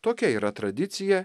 tokia yra tradicija